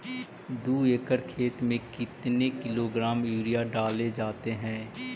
दू एकड़ खेत में कितने किलोग्राम यूरिया डाले जाते हैं?